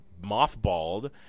mothballed